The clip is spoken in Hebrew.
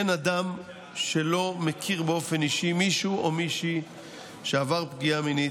אין אדם שלא מכיר באופן אישי מישהו או מישהי שעבר פגיעה מינית,